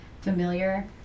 familiar